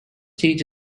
stage